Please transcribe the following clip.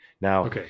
Now